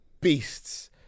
beasts